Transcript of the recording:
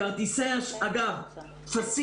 לגבי הטפסים.